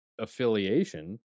affiliation